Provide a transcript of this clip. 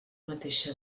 mateixa